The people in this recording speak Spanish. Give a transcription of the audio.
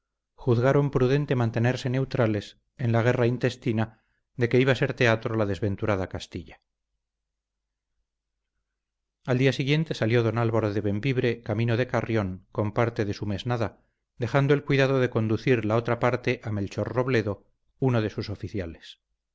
juzgaron prudente mantenerse neutrales en la guerra intestina de que iba a ser teatro la desventurada castilla al día siguiente salió don álvaro de bembibre camino de carrión con parte de su mesnada dejando el cuidado de conducir la otra parte a melchor robledo uno de sus oficiales